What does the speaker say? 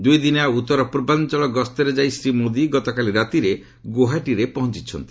ଦୁଇଦିନିଆ ଉତ୍ତର ପୂର୍ବାଞ୍ଚଳ ଗସ୍ତରେ ଯାଇ ଶ୍ରୀ ମୋଦି ଗତକାଲି ରାତିରେ ଗୁଆହାଟିରେ ପହଞ୍ଚ୍ଚିଛନ୍ତି